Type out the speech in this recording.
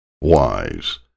wise